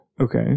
okay